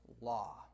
law